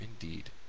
indeed